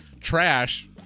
trash